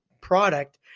product